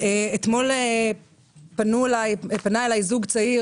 אתמול פנה אליי זוג צעיר,